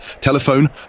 telephone